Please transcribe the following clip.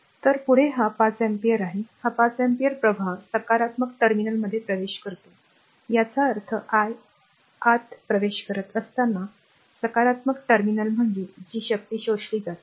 तर पुढे हा 5 अँपिअर आहे हा 5 अँपिअर प्रवाह सकारात्मक टर्मिनलमध्ये प्रवेश करतो याचा अर्थ I आत प्रवेश करत असताना सकारात्मक टर्मिनल म्हणजे ते शक्ती शोषले जाते